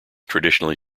traditionally